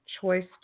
choice